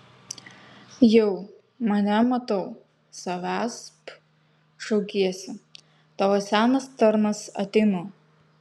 jau mane matau savęsp šaukiesi tavo senas tarnas ateinu